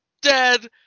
dead